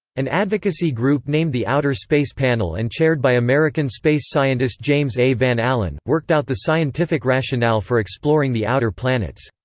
an advocacy group named the outer space panel and chaired by american space scientist james a. van allen, worked out the scientific rationale for exploring the outer planets.